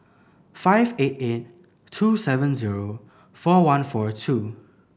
five eight eight two seven zero four one four two